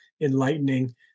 enlightening